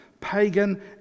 pagan